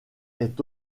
est